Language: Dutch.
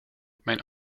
mijn